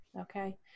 okay